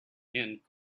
and